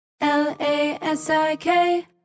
L-A-S-I-K